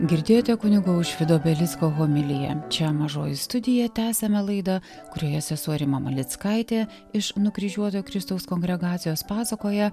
girdėjote kunigo aušvydo belicko homiliją čia mažoji studija tęsiame laidą kurioje sesuo rima malickaitė iš nukryžiuotojo kristaus kongregacijos pasakoja